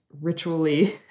ritually